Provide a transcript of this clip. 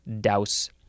Douse